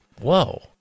Whoa